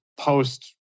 post